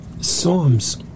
Psalms